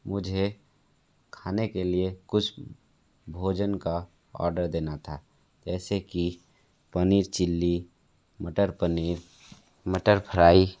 मुझे खाने के लिए कुछ भोजन का ऑर्डर देना था जैसे कि पनीर चिल्ली मटर पनीर मटर फ़्राई